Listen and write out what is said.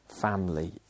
family